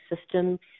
system